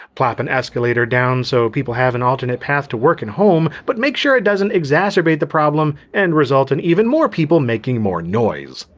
plop an escalator down so people have an alternate path to work and home, but make sure it doesn't exacerbate the problem and result in even more people making more noise.